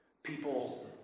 People